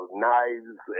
knives